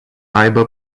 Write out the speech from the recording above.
aibă